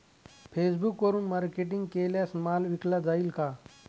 फेसबुकवरुन मार्केटिंग केल्यास माल विकला जाईल का?